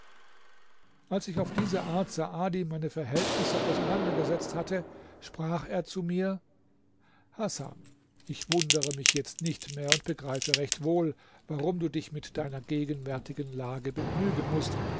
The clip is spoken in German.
als ich auf diese art saadi meine verhältnisse auseinandergesetzt hatte sprach er zu mir hasan ich wundere mich jetzt nicht mehr und begreife recht wohl warum du dich mit deiner gegenwärtigen lage begnügen mußt